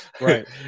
right